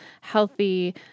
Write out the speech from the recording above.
healthy